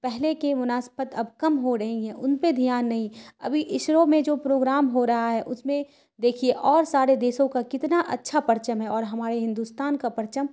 پہلے کے مناسبت اب کم ہو رہی ہیں ان پہ دھیان نہیں ابھی اشرو میں جو پروگرام ہو رہا ہے اس میں دیکھیے اور سارے دیشوں کا کتنا اچھا پرچم ہے اور ہمارے ہندوستان کا پرچم